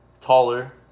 Taller